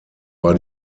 war